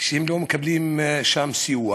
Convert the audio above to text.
שלא מקבלים שם סיוע